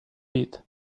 bit